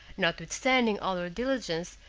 notwithstanding all her diligence,